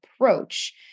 approach